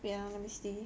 wait ah let me see